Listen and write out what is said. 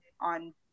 on